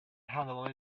handle